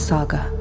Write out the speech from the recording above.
Saga